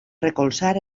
recolzar